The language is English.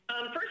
First